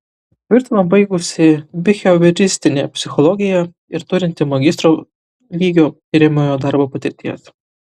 tvirtino baigusi bihevioristinę psichologiją ir turinti magistro lygio tiriamojo darbo patirties